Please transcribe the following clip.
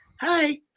hi